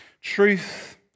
Truth